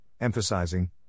emphasizing